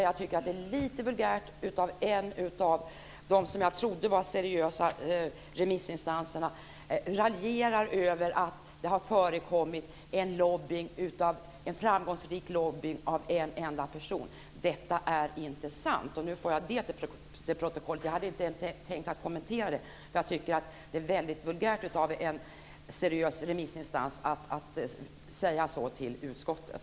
Jag tycker att det är lite vulgärt av en av dem som jag trodde var seriösa remissinstanser raljerar över att det har förekommit en framgångsrik lobbying av en enda person. Detta är inte sant. Nu får jag detta till protokollet. Jag hade inte tänkt kommentera det, för jag tyckte att det var väldigt vulgärt av en seriös remissinstans att säga så till utskottet.